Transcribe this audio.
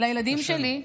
לילדים שלי,